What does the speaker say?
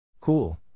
Cool